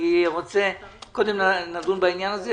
קודם נדון בעניין הזה,